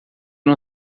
não